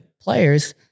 players